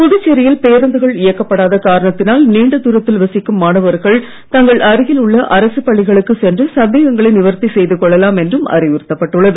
புதுச்சேரியில் பேருந்துகள் இயக்கப்படாத காரணத்தினால் நீண்ட தூரத்தில் வசிக்கும் மாணவர்கள் தங்கள் அருகில் உள்ள அரசு பள்ளிகளுக்கு சென்று சந்தேகங்களை நிவர்த்தி செய்து கொள்ளலாம் என்றும் அறிவுறுத்தப்பட்டுள்ளது